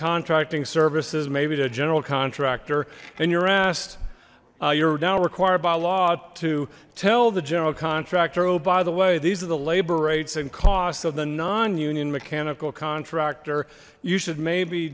contracting services maybe the general contractor and you're asked you're now required by law to tell the general contractor oh by the way these are the labor rates and costs of the non union mechanical contractor you should maybe